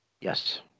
Yes